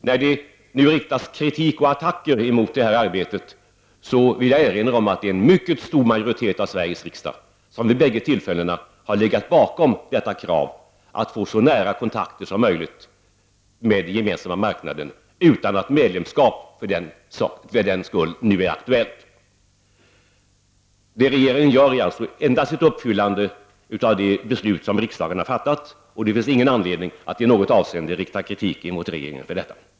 När det nu riktas kritik och attacker mot detta arbete vill jag erinra om att det är en mycket stor majoritet av Sveriges riksdag som vid bägge tillfällena har stått bakom detta krav att få så nära kontakter som möjligt med den Gemensamma marknaden utan att medlemskap för den skull nu är aktuellt. Det som regeringen gör är alltså endast att genomföra de beslut som riksdagen har fattat. Det finns ingen anledning att i något avseende rikta kritik mot regeringen för detta.